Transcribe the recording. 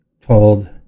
told